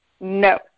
no